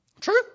True